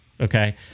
Okay